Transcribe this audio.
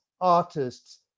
artists